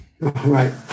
Right